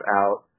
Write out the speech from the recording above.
out